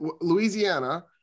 Louisiana